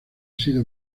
sido